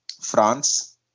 France